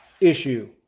issue